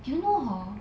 do you know hor